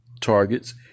targets